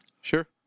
Sure